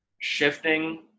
shifting